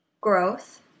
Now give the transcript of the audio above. Growth